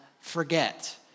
Forget